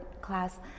class